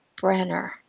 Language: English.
Brenner